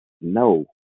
no